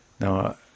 No